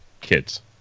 kids